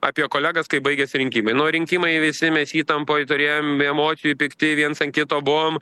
apie kolegas kai baigėsi rinkimai nu rinkimai visi mes įtampoj turėjom emocijų pikti viens ant kito buvom